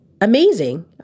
amazing